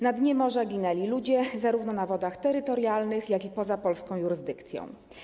Na dnie morza ginęli ludzie zarówno na wodach terytorialnych, jak i poza polską jurysdykcją.